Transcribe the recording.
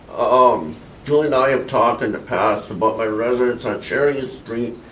um julie and i have talked in the past about my residence on cherry street,